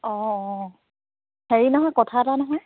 অ অ হেৰি নহয় কথা এটা নহয়